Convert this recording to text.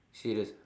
serious ah